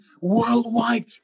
worldwide